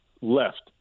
left